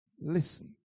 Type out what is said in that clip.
listen